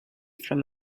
from